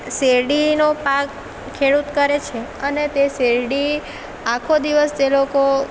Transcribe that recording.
શેરડીનો પાક ખેડૂત કરે છે અને તે શેરડી આખો દિવસ તે લોકો